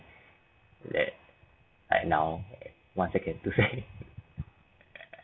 that like now one second two second